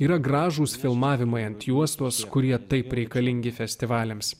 yra gražūs filmavimai ant juostos kurie taip reikalingi festivaliams